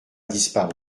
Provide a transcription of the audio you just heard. disparu